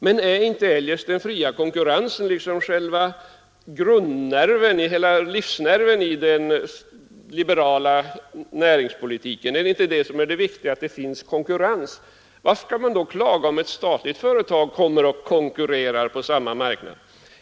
Men är inte eljest den fria konkurrensen liksom själva livsnerven i den liberala näringspolitiken? Är inte det viktiga att det finns konkurrens? Varför skall man då klaga, om ett statligt företag kommer och konkurrerar på samma marknad?